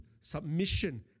submission